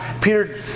Peter